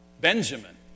Benjamin